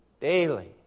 daily